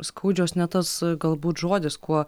skaudžios ne tas galbūt žodis kuo